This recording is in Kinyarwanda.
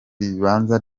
ribanza